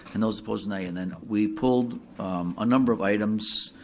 and those opposed nay, and then we pulled a number of items,